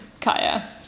Kaya